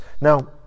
Now